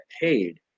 paid